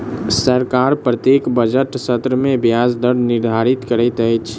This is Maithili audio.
सरकार प्रत्येक बजट सत्र में ब्याज दर निर्धारित करैत अछि